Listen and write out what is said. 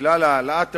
מכלל העלאת רעיונות,